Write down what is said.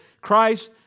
Christ